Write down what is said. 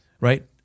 right